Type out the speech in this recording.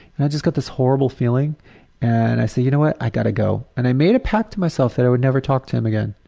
and i just got this horrible feeling and i said, you know what, i gotta go. and i made a pact to myself that i would never talk to him again.